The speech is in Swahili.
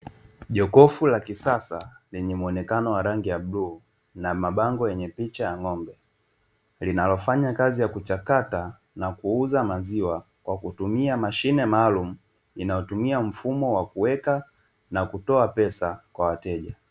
Jokofu la kisasa lenye muonekano wa rangi ya bluu na mabango yenye picha ya ng'ombe, linalofanya kazi yakuchakata na kuuza maziwa kwa kutumia mashine maalumu inayotumia mfumo wakuweka nakutoa pesa kwa wateja